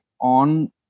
on